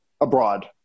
abroad